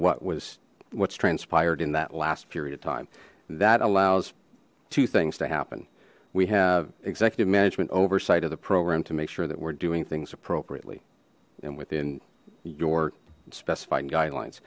what was what's transpired in that last period of time that allows two things to happen we have executive management oversight of the program to make sure that we're doing things appropriately and within your specified guidelines